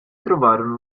trovarono